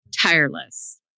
tireless